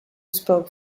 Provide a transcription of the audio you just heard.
spoke